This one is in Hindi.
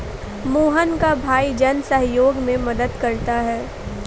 मोहन का भाई जन सहयोग में मदद करता है